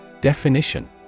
Definition